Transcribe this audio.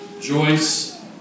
Joyce